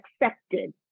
accepted